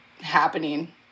happening